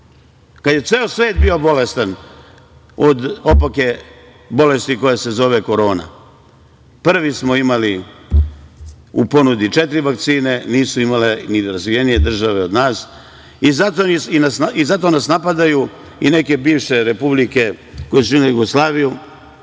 kad je ceo svet bio bolestan od opake bolesti koja se zove korona, prvi smo imali u ponudi četiri vakcine, nisu imale ni razvijenije države od nas. Zato nas i napadaju i neke bivše republike koje su činile Jugoslaviju,